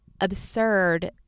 absurd